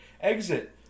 Exit